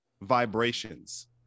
vibrations